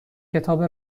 کتاب